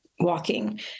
walking